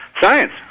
Science